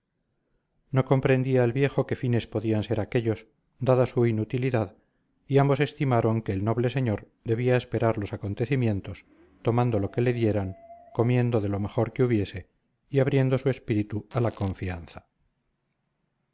no comprendía el viejo qué fines podían ser aquellos dada su inutilidad y ambos estimaron que el noble señor debía esperar los acontecimientos tomando lo que le dieran comiendo de lo mejor que hubiese y abriendo su espíritu a la confianza